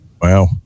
Wow